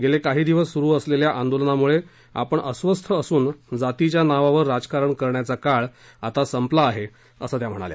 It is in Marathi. गेले काही दिवस सुरू असलेल्या आंदोलनामुळे आपण अस्वस्थ असून जातीच्या नावावर राजकारण करण्याचा काळ आता संपला असं त्या म्हणाल्या